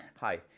Hi